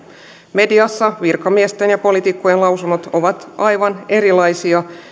mediassa virkamiesten ja poliitikkojen lausunnot ovat aivan erilaisia